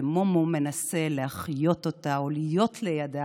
כשמומו מנסה להחיות אותה או להיות לידה,